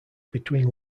between